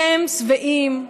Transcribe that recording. אתם שבעים,